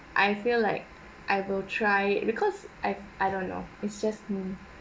I feel like I will try because I I don't know it's just me